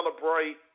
celebrate